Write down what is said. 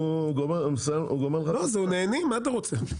לא, אני רק בהסתייגות השנייה.